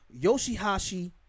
Yoshihashi